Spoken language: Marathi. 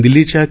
दिल्लीच्या के